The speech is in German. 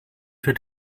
für